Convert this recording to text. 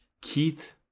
Keith